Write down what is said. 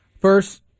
First